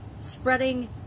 spreading